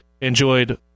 enjoyed